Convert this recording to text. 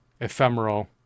ephemeral